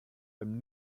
einem